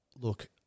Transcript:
Look